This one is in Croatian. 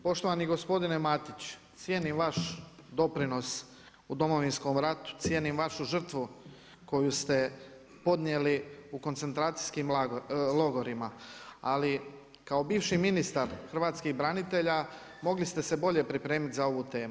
Poštovani gospodine Matić, cijenim vaš doprinos u Domovinskom ratu, cijenim vašu žrtvu koju ste podnijeli u koncentracijskim logorima, ali kao bivši ministar hrvatskih branitelja mogli ste se bolje pripremiti za ovu temu.